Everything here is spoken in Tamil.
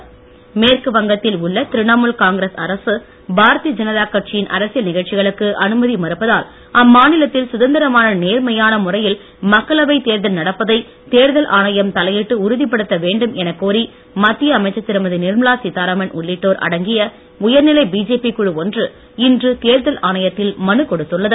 கொல்கத்தா மனு மேற்குவங்கத்தில் உள்ள திரிணமுல் காங்கிரஸ் அரசு பாரதீய ஜனதா கட்சியின் அரசியல் நிகழ்ச்சிகளுக்கு அனுமதி மறுப்பதால் அம்மாநிலத்தில் சுதந்திரமான நேர்மையான முறையில் மக்களவை தேர்தல் நடப்பதை தேர்தல் ஆணையம் தலையிட்டு உறுதிப்படுத்த வேண்டும் எனக் கோரி மத்திய அமைச்சர் திருமதி நிர்மலா சீத்தாராமன் உள்ளிட்டோர் அடங்கிய உயர்நிலை பிஜேபி குழு ஒன்று இன்று தேர்தல் ஆணையத்தில் மனு கொடுத்துள்ளது